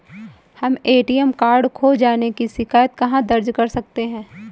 हम ATM card खो जाने की शिकायत कहाँ दर्ज कर सकते हैं?